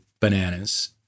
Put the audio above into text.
bananas